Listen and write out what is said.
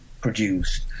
produced